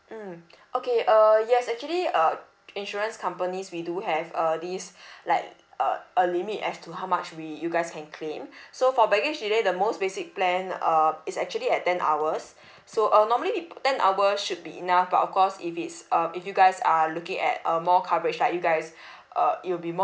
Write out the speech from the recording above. mm okay uh yes actually uh insurance companies we do have uh this like uh a limit as to how much we you guys can claim so for baggage delay the most basic plan um is actually at ten hours so uh normally ten hour should be enough but of course if it's um if you guys are looking at a more coverage like you guys uh it will be more